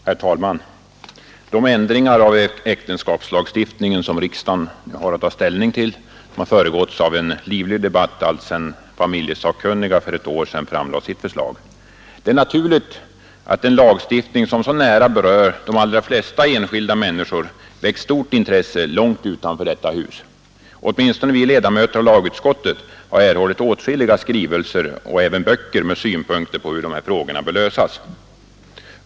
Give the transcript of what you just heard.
Herr talman! De ändringar av äktenskapslagstiftningen som riksdagen nu har att ta ställning till har föregåtts av en livlig debatt sedan familjelagssakkunniga för ett år sedan framlade sitt förslag. Det är naturligt att en lagstiftning som så nära berör de allra flesta enskilda människor väckt stort intresse långt utanför detta hus. Åtminstone vi ledamöter av lagutskottet har erhållit åtskilliga skrivelser och även böcker med synpunkter på hur dessa frågor bör lösas.